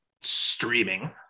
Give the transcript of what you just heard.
streaming